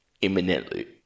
imminently